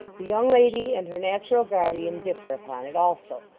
the young lady and her natural guardian differ upon it, also.